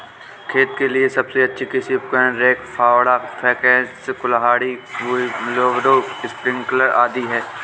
खेत के लिए सबसे अच्छे कृषि उपकरण, रेक, फावड़ा, पिकैक्स, कुल्हाड़ी, व्हीलब्रो, स्प्रिंकलर आदि है